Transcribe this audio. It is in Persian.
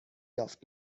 یافت